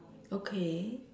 okay